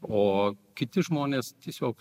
o kiti žmonės tiesiog